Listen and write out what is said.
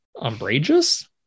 umbrageous